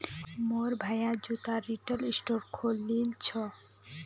मोर भाया जूतार रिटेल स्टोर खोलील छ